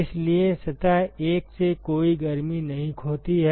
इसलिए सतह 1 से कोई गर्मी नहीं खोती है